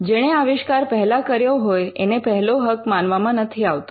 જેણે આવિષ્કાર પહેલા કર્યો હોય એનો પહેલો હક માનવામાં નથી આવતો